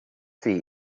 feet